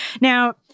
Now